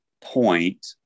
point